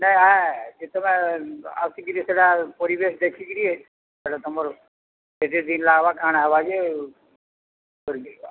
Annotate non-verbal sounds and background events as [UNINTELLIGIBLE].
ନାଇ ଆଏ କେତେବେଲେ ସେଟା ପରିବେଶ୍ ଦେଖିକିରି ସେଟା ତମର୍ କେତେ ଦିନ୍ ଲାଗ୍ବା କା'ଣା ହେବା ଯେ [UNINTELLIGIBLE]